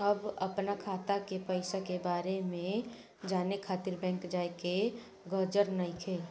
अब अपना खाता के पईसा के बारे में जाने खातिर बैंक जाए के गरज नइखे